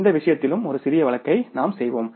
இந்த விஷயத்திலும் ஒரு சிறிய கணக்கை நாம் செய்வோம்